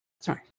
Sorry